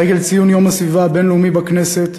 לרגל ציון יום הסביבה הבין-לאומי בכנסת